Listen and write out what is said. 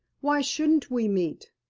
why shouldn't we meet?